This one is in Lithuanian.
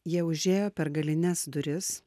jie užėjo per galines duris